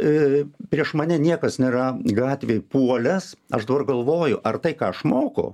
prieš mane niekas nėra gatvėj puolęs aš dabar galvoju ar tai ką išmokau